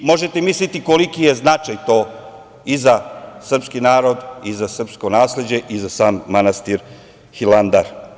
Možete misliti koliki je značaj to i za srpski narod i za srpsko nasleđe i za sam manastir Hilandar.